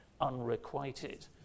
unrequited